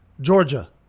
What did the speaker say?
Georgia